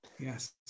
yes